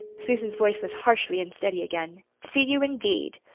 susan's voice was harshly unsteady again. see you, indeed!